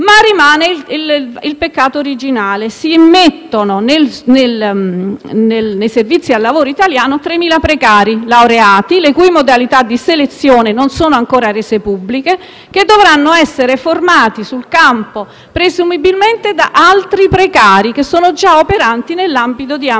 ma rimane il peccato originale: si immettono nei servizi per il lavoro in Italia 3.000 precari laureati, le cui modalità di selezione non sono ancora rese pubbliche, i quali dovranno essere formati sul campo presumibilmente da altri precari, che sono già operanti nell'ambito di ANPAL Servizi.